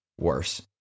worse